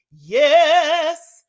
yes